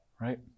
Right